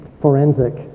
forensic